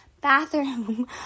bathroom